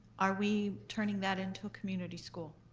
are we turning that into a community school?